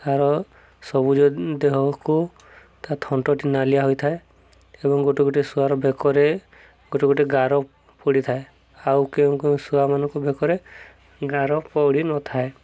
ତାର ସବୁଜ ଦେହକୁ ତା ଥଣ୍ଟଟି ନାଲିଆ ହୋଇଥାଏ ଏବଂ ଗୋଟେ ଗୋଟେ ଶୁଆର ବେକରେ ଗୋଟେ ଗୋଟେ ଗାର ପଡ଼ିଥାଏ ଆଉ କେଉଁ କେଉଁ ଶୁଆମାନଙ୍କୁ ବେକରେ ଗାର ପଡ଼ି ନଥାଏ